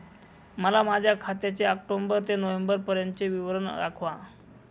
मला माझ्या खात्याचे ऑक्टोबर ते नोव्हेंबर पर्यंतचे विवरण दाखवा